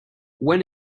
when